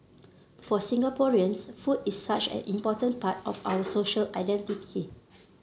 for Singaporeans food is such an important part identity